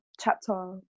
chapter